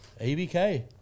ABK